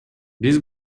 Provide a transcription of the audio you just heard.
биз